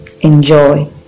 Enjoy